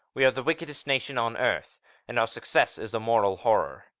we are the wickedest nation on earth and our success is a moral horror.